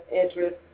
interest